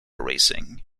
racing